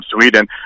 Sweden